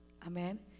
Amen